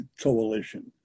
Coalition